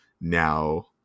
Now